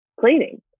cleaning